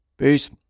Peace